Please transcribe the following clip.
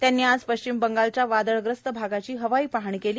त्यांनी आज पश्चिम बंगालच्या वादळग्रस्त भागाची हवाई पाहणी केली